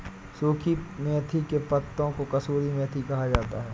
सुखी मेथी के पत्तों को कसूरी मेथी कहा जाता है